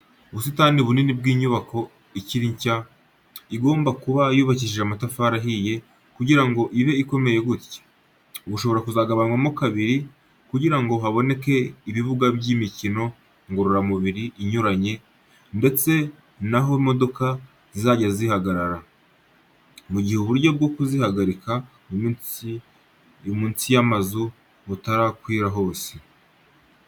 Ubusitani bunini bw'inyubako ikiri nshya, igomba kuba yubakishije amatafari ahiye kugira ngo ibe ikomeye gutya. Bushobora kuzagabanywamo kabiri kugira ngo haboneke ibibuga by'imikino ngororamubiri inyuranye, ndetse naho imodoka zizajya zihagarara, mu gihe uburyo bwo kuzihagarika munsi y'amazu butarakwira hose.